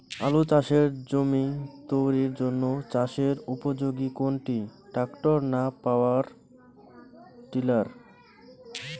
আলু চাষের জমি তৈরির জন্য চাষের উপযোগী কোনটি ট্রাক্টর না পাওয়ার টিলার?